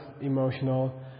emotional